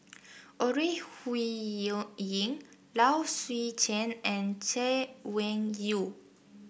Ore Low Swee Chen and Chay Weng Yew